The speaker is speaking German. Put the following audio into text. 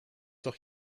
doch